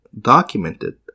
documented